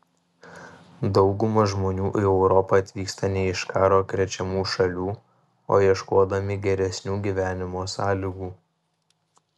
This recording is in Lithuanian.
dauguma žmonių į europą atvyksta ne iš karo krečiamų šalių o ieškodami geresnių gyvenimo sąlygų